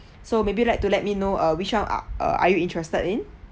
so maybe like to let me know err which one are are you interested in